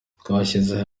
twashyize